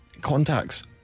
Contacts